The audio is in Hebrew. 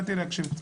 באתי להקשיב.